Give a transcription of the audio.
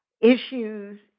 issues